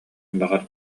баҕар